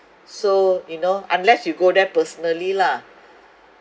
so you know unless you go there personally lah